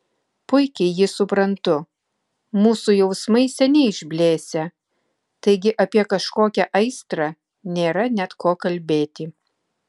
puikiai jį suprantu mūsų jausmai seniai išblėsę taigi apie kažkokią aistrą nėra net ko kalbėti